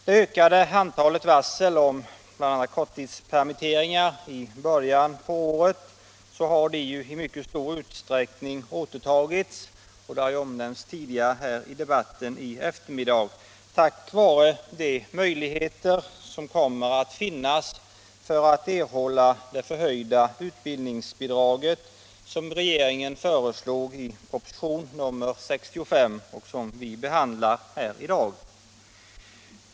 Det ökade antalet varsel om bl.a. korttidspermitteringar i början på året har i mycket stor utsträckning återtagits — det har ju omnämnts tidigare i denna debatt —- tack vare de möjligheter som kommer att finnas att erhålla det förhöjda utbildningsbidraget, som regeringen föreslog i proposition nr 65 och som vi behandlar här i dag.